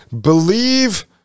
believe